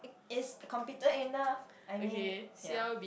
is competent enough I mean ya